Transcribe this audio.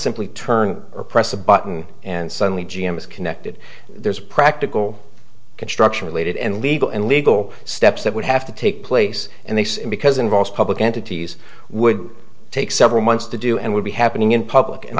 simply turn a press a button and suddenly g m is connected there's practical construction related and legal and legal steps that would have to take place and they say because involves public entities would take several months to do and would be happening in public and